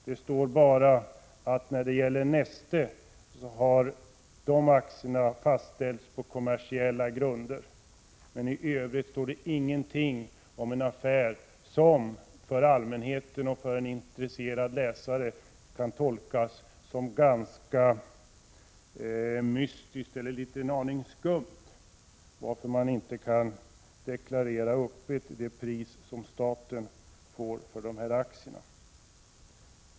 Det står bara att när det gäller Neste har aktiepriserna fastställts på kommersiella grunder. I övrigt står det ingenting om denna affär, som av allmänheten och en intresserad läsare kan tolkas som ganska mystisk och en aning skum — varför kan man inte öppet deklarera det 73 pris som staten får för aktierna?